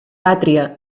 pàtria